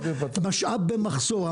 משאב במחסור.